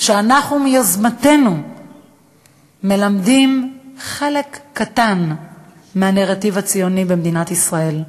שאנחנו מיוזמתנו מלמדים חלק קטן מהנרטיב הציוני במדינת ישראל,